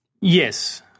yes